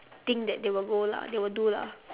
thing that they will go lah they will do lah